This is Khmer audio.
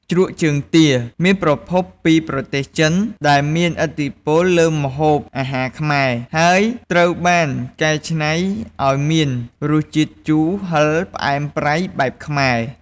ជ្រក់ជើងទា មានប្រភពពីប្រទេសចិន ដែលមានឥទ្ធិពលលើម្ហូបអាហារខ្មែរ ហើយត្រូវបានកែច្នៃឱ្យមានរសជាតិជូរហឹរផ្អែមប្រៃបែបខ្មែរ។